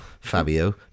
Fabio